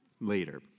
later